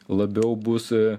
labiau bus